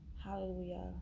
Hallelujah